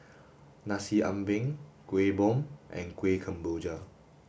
Nasi Ambeng Kuih Bom and Kuih Kemboja